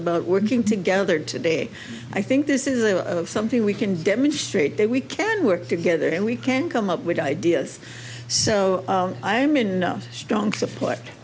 about working together today i think this is something we can demonstrate that we can work together and we can come up with ideas so i am in strong support